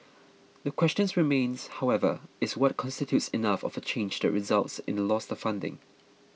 the questions remains however is what constitutes enough of a change that results in a loss of funding